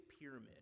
pyramid